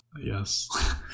Yes